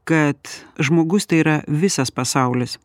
kad žmogus tai yra visas pasaulis